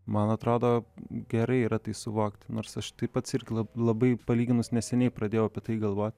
man atrodo gerai yra tai suvokti nors aš tai pats irgi lab labai palyginus neseniai pradėjau apie tai galvoti